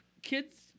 Kids